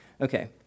Okay